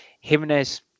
Jimenez